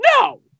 no